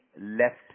left